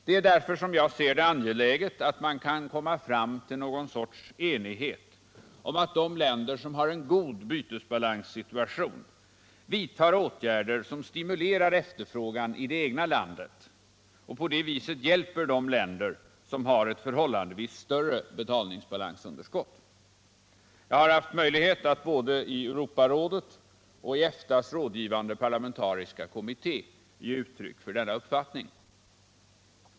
Det är därför angeläget att man kan komma fram till någon sorts enighet om att de länder som har en god bytesbalanssituation vidtar åtgärder som stimulerar efterfrågan i det egna landet och på det viset hjälper de länder som har ett förhållandevis större betalningsbalansunderskott. Jag har haft möjlighet att både i Europarådet och i EFTA:s rådgivande parlamentariska kommitté ge uttryck för denna uppfattning.